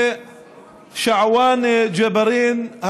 ושעואן ג'בארין,